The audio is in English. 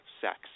sex